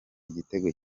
igitego